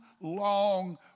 long